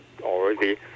already